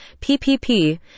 PPP